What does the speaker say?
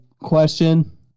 question